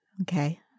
Okay